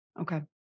Okay